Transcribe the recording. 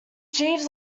jeeves